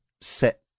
set